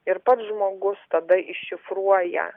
ir pats žmogus tada iššifruoja